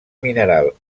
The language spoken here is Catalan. mineral